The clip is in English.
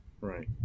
right